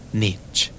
niche